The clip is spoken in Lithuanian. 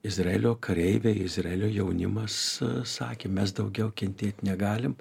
izraelio kareiviai izraelio jaunimas sakė mes daugiau kentėt negalim